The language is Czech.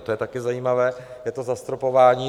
To je také zajímavé, je to zastropování.